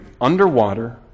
underwater